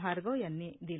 भार्गव यांनी दिला